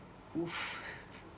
oof